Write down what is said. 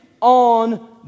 on